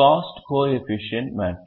cost coefficient matrix